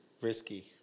risky